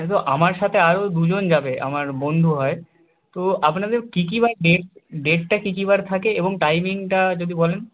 কিন্তু আমার সাথে আরও দুজন যাবে আমার বন্ধু হয় তো আপনাদের কী কী বার ডেট ডেটটা কী কী বার থাকে এবং টাইমিংটা যদি বলেন